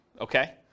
okay